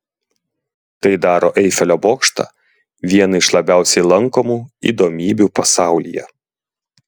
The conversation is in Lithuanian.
tai daro eifelio bokštą viena iš labiausiai lankomų įdomybių pasaulyje